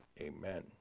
Amen